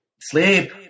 Sleep